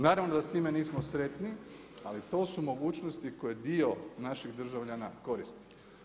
Naravno da s time nismo sretni ali to su mogućnosti koje dio naših državljana koristi.